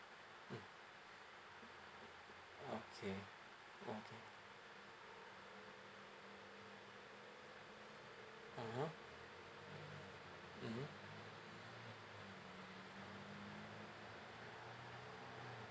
okay okay ah ha mmhmm